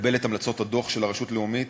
לקבל את המלצות הדוח של הרשות הלאומית